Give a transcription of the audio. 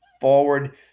forward